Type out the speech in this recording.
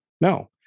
No